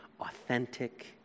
authentic